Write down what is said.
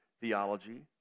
theology